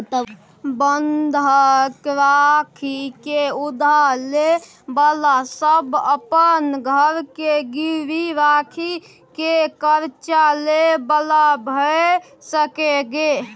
बंधक राखि के उधार ले बला सब अपन घर के गिरवी राखि के कर्जा ले बला भेय सकेए